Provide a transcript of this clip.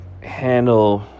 handle